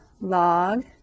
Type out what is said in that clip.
log